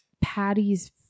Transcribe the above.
patty's